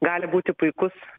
gali būti puikus